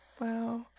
Wow